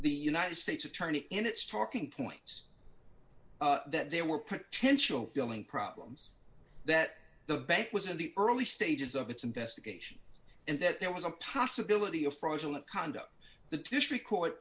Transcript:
the united states attorney in its talking points that there were potential billing problems that the bank was in the early stages of its investigation and that there was a possibility of fraudulent conduct the district court